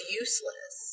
useless